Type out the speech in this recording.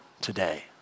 today